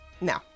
No